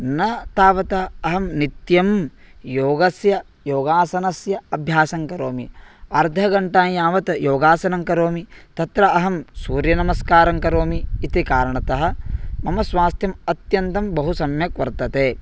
न तावता अहं नित्यं योगस्य योगासनस्य अभ्यासं करोमि अर्धघण्टा यावत् योगासनं करोमि तत्र अहं सूर्यनमस्कारं करोमि इति कारणतः मम स्वास्थ्यम् अत्यन्तं बहु सम्यक् वर्तते